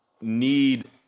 need